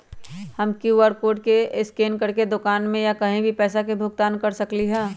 हम QR code scan करके दुकान में या कहीं भी पैसा के भुगतान कर सकली ह?